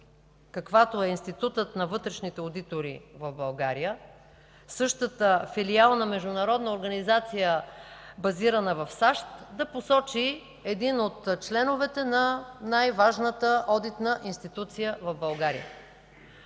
каквато е Институтът на вътрешните одитори в България – същата, филиал на международна организация, базирана в САЩ, да посочи един от членовете на най-важната одитна институция в България.